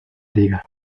liga